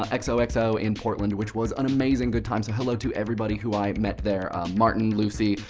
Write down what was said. like so xoxo in portland, which was an amazing good time so hello to everybody who i met there martin, lucy,